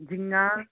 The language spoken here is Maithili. झिङ्गा